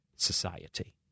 society